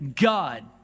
God